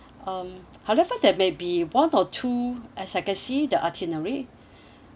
um however there may be one or two as I can see the itinerary